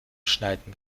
schneiden